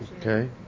Okay